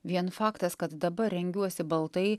vien faktas kad dabar rengiuosi baltai